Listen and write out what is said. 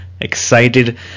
excited